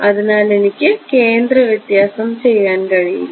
അതിനാൽ എനിക്ക് കേന്ദ്ര വ്യത്യാസം ചെയ്യാൻ കഴിയില്ല